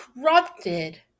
corrupted